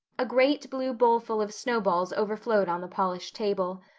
a great blue bowlful of snowballs overflowed on the polished table.